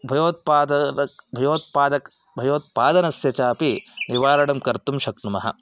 भयोत्पादकं भयोत्पादकं भयोत्पादनस्य चापि निवारणं कर्तुं शक्नुमः